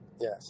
Yes